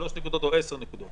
שלוש נקודות או עשר נקודות,